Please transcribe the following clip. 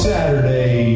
Saturday